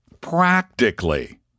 practically